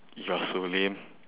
you're so lame